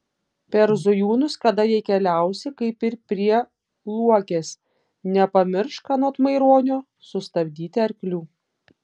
per zujūnus kada jei keliausi kaip ir prie luokės nepamiršk anot maironio sustabdyti arklių